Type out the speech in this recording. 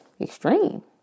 extreme